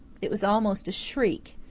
it was almost a shriek.